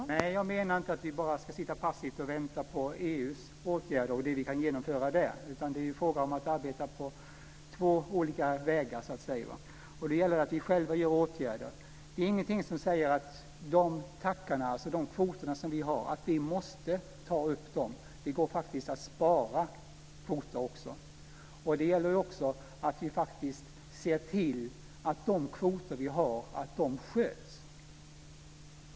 Fru talman! Nej, jag menar inte att vi bara ska sitta passivt och vänta på EU:s åtgärder och det vi kan genomföra där. Det är i stället fråga om att arbeta på två olika vägar, och då gäller det att vi själva vidtar åtgärder. Det finns ingenting som säger att vi måste ta upp de kvoter som vi har, utan det går faktiskt att spara kvoter. Det gäller också att vi ser till att de kvoter som vi har verkligen sköts.